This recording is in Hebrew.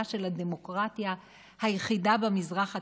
של הדמוקרטיה היחידה במזרח התיכון,